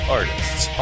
artists